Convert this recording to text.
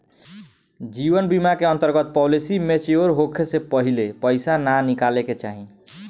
जीवन बीमा के अंतर्गत पॉलिसी मैच्योर होखे से पहिले पईसा ना निकाले के चाही